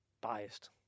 biased